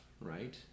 right